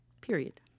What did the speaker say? period